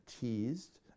teased